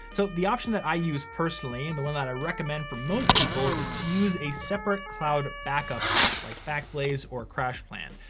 so the option that i use personally, and the one that i recommend for most people is to use a separate cloud backup app like backblaze or crashplan.